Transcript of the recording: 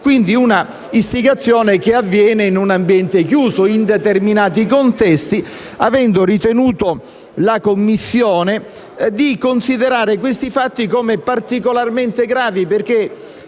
Quindi, è una istigazione che avviene in un ambiente chiuso, in determinati contesti, avendo ritenuto la Commissione di considerare questi fatti particolarmente gravi.